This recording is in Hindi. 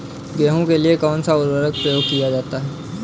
गेहूँ के लिए कौनसा उर्वरक प्रयोग किया जाता है?